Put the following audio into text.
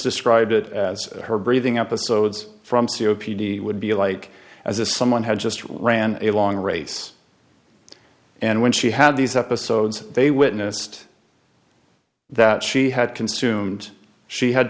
described it as her breathing episodes from c o p d would be like as a someone had just ran a long race and when she had these episodes they witnessed that she had consumed she had